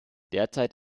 derzeit